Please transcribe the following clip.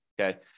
okay